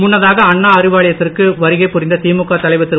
முன்னதாக அண்ணா அறிவாலயத்திற்கு வருகை புரிந்த திமுக தலைவர் திரு